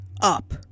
up